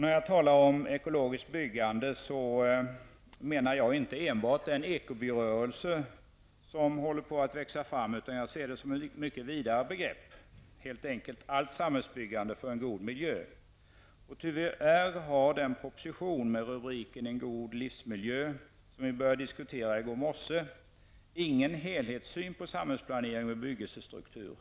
När jag talar om ekologiskt byggande menar jag inte bara den ekoby-rörelse som håller på att växa fram. Jag ser det som ett mycket vidare begrepp, helt enkelt allt samhällsbyggande för en god miljö. Tyvärr har den propositionen med rubriken En god livsmiljö som började diskuteras i går morse ingen helhetssyn på samhällsplanering och bebyggelsestruktur.